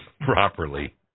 properly